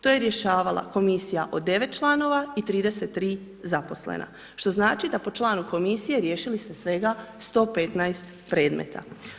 To je rješavala komisija od 9 članova i 33 zaposlena, što znači, da po članu komisije, riješili ste svega 115 predmeta.